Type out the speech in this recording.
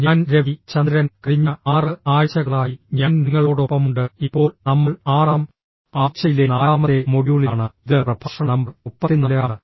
ഞാൻ രവി ചന്ദ്രൻ കഴിഞ്ഞ 6 ആഴ്ചകളായി ഞാൻ നിങ്ങളോടൊപ്പമുണ്ട് ഇപ്പോൾ നമ്മൾ ആറാം ആഴ്ചയിലെ നാലാമത്തെ മൊഡ്യൂളിലാണ് ഇത് പ്രഭാഷണ നമ്പർ 34 ആണ്